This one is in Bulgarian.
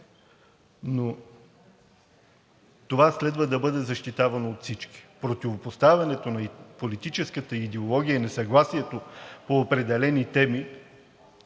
но това следва да бъде защитавано от всички. Противопоставянето на политическата идеология, несъгласието по определени теми